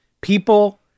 people